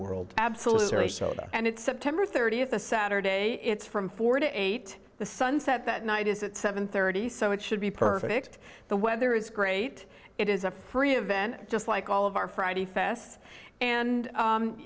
world absolutely shoulder and it's september thirtieth a saturday it's from four to eight the sun set that night is at seven thirty so it should be perfect the weather is great it is a free event just like all of our friday fests and